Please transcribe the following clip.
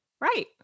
Right